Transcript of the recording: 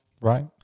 Right